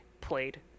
played